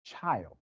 child